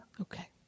Okay